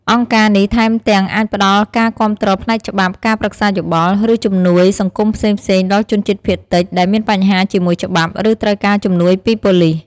អង្គការនេះថែមទាំងអាចផ្តល់ការគាំទ្រផ្នែកច្បាប់ ការប្រឹក្សាយោបល់ ឬជំនួយសង្គមផ្សេងៗដល់ជនជាតិភាគតិច ដែលមានបញ្ហាជាមួយច្បាប់ ឬត្រូវការជំនួយពីប៉ូលិស។